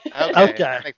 Okay